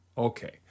Okay